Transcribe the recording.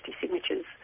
signatures